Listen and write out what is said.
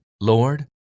Lord